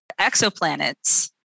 Exoplanets